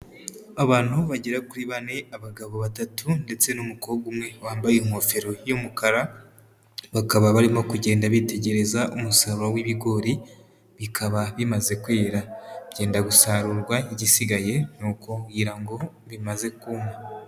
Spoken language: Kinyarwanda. Abantu bo bagera kuri bane abagabo batatu ndetse n'umukobwa umwe wambaye ingofero y'umukara, bakaba barimo kugenda bitegereza umusaruro w'ibigori, bikaba bimaze kwera, byenda gusarurwa igisigaye ni ukubabwira ngo bimaze kuma.